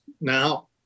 Now